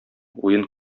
уен